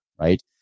Right